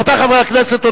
רבותי חברי הכנסת,